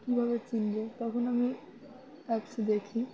কীভাবে চিনব তখন আমি অ্যাপসে দেখি